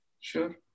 Sure